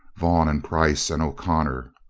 vaughan and price and o'connor!